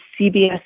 CBS